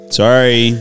sorry